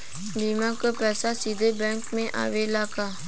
बीमा क पैसा सीधे बैंक में आवेला का?